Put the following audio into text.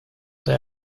they